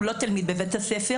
הוא לא תלמיד בבית-הספר,